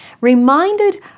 reminded